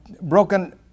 broken